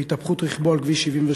בהתהפכות רכבו על כביש 77,